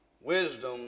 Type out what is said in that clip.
Wisdom